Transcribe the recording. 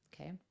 okay